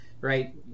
right